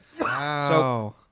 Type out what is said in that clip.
Wow